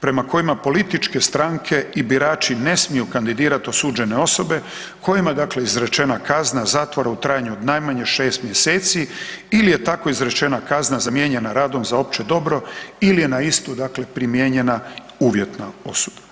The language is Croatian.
prema kojima političke stranke i birači ne smiju kandidirati osuđene osobe kojima je dakle izrečena kazna zatvora u trajanju od najmanje 6 mjeseci ili je tako izrečena kazna zamijenjena radom za opće dobro ili je na istu dakle primijenjena uvjetna osuda.